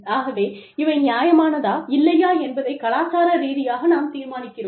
ஆகவே இவை நியாயமானதா இல்லையா என்பதைக் கலாச்சார ரீதியாக நாம் தீர்மானிக்கிறோம்